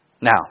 Now